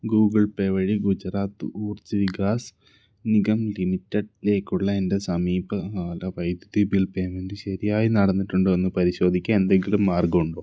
Google Pay വഴി ഗുജറാത്ത് ഊർജ് വികാസ് നിഗം ലിമിറ്റഡിലേക്കുള്ള എൻ്റെ സമീപകാല വൈദ്യുതി ബിൽ പേയ്മെന്റ് ശരിയായി നടന്നിട്ടുണ്ടോ എന്നു പരിശോധിക്കാൻ എന്തെങ്കിലും മാർഗമുണ്ടോ